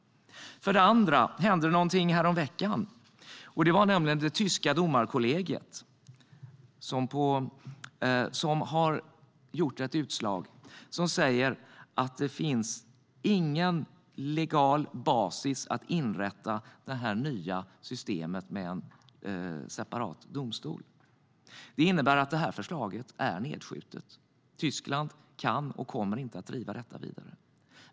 För det andra hände det någonting häromveckan: Det tyska domarkollegiet fällde ett utslag som säger att det inte finns någon legal basis för att inrätta det nya systemet med en separat domstol. Det innebär att det här förslaget är nedskjutet. Tyskland kan inte och kommer inte att driva det vidare.